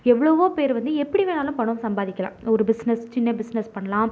எவ்வளவோ பேர் வந்து எப்படி வேணுனாலும் பணம் சம்பாதிக்கலாம் ஒரு பிஸ்னஸ் சின்ன பிஸ்னஸ் பண்ணலாம்